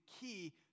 key